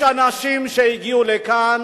יש אנשים שהגיעו לכאן,